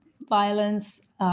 violence